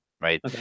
right